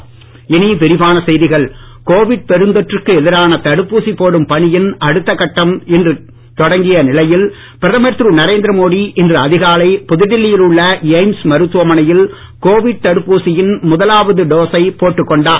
Covid தடுப்பூசி Covid பெருந்தொற்றுக்கு எதிரான தடுப்பூசி போடும் பணியின் அடுத்தக் கட்டம் இன்று தொடங்கிய நிலையில் பிரதமர் திரு நரேந்திர மோடி இன்று அதிகாலை புதுடெல்லியில் உள்ள எய்ம்ஸ் மருத்துவமனையில் கோவிட் தடுப்பூசியின் முதலாவது டோசைப் போட்டுக் கொண்டார்